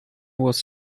was